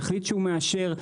יחליט שהוא מאשר אדם,